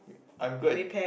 I'm glad